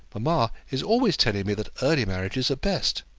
mamma is always telling me that early marriages are best.